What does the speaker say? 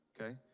Okay